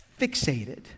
fixated